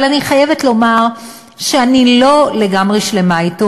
אבל אני חייבת לומר שאני לא לגמרי שלמה אתו,